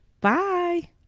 Bye